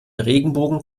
regenbogen